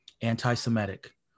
anti-Semitic